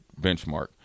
benchmark